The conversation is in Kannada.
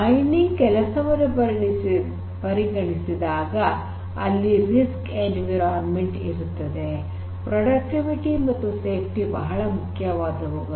ಮೈನಿಂಗ್ ಕೆಲಸವನ್ನು ಪರಿಗಣಿಸಿದಾಗ ಅಲ್ಲಿ ರಿಸ್ಕ್ ಎನ್ವಿರಾನ್ಮೆಂಟ್ ಇರುತ್ತದೆ ಪ್ರೊಡಕ್ಟಿವಿಟಿ ಮತ್ತು ಸೇಫ್ಟಿ ಬಹಳ ಮುಖ್ಯವಾದವುಗಳು